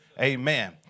Amen